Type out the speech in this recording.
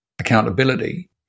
accountability